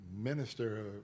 minister